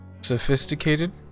sophisticated